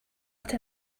lot